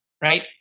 right